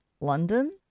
London